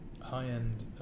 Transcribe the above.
high-end